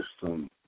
system